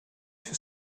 fait